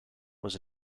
was